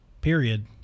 period